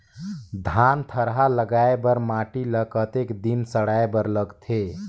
धान थरहा लगाय बर माटी ल कतेक दिन सड़ाय बर लगथे?